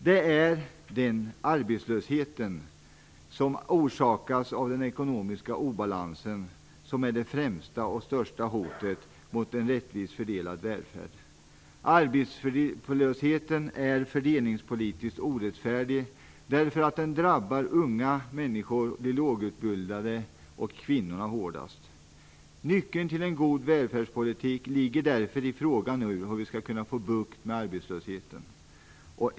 Det är arbetslösheten, som orsakas av den ekonomiska obalansen, som är det främsta och största hotet mot en rättvist fördelad välfärd. Arbetslösheten är fördelningspolitiskt orättfärdig därför att den drabbar unga människor, de lågutbildade och kvinnorna hårdast. Nyckeln till en god välfärdspolitik ligger därför i hur vi skall kunna få bukt med arbetslösheten.